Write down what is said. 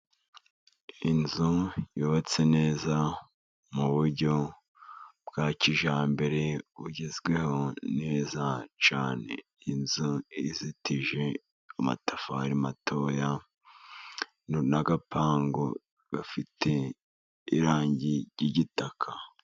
Inzu yubatse neza mu buryo bwa kijyambere bugezweho neza cyane. Inzu izitije amatafari matoya n'agapangu gafite irangi ry'igitaka.